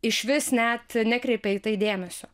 išvis net nekreipia į tai dėmesio